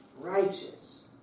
righteous